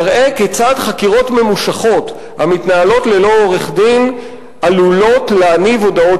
מראה כיצד חקירות ממושכות המתנהלות ללא עורך-דין עלולות להניב הודאות